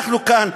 אנחנו כאן,